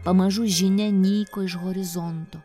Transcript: pamažu žinia nyko iš horizonto